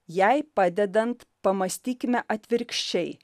jai padedant pamąstykime atvirkščiai